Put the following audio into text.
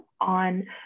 on